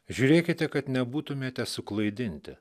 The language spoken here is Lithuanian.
žiūrėkite kad nebūtumėte suklaidinti